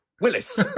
Willis